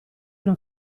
una